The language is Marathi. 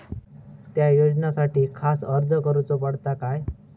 त्या योजनासाठी खास अर्ज करूचो पडता काय?